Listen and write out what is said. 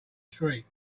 street